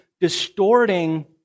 distorting